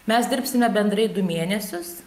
mes dirbsime bendrai du mėnesius